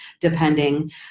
depending